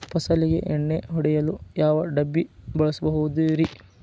ಫಸಲಿಗೆ ಎಣ್ಣೆ ಹೊಡೆಯಲು ಯಾವ ಡಬ್ಬಿ ಬಳಸುವುದರಿ?